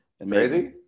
Crazy